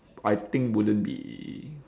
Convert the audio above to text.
I think wouldn't be